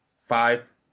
five